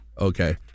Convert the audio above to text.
Okay